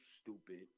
stupid